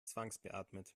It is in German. zwangsbeatmet